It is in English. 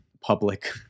public